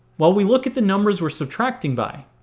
well we look at the numbers we're subtracting by.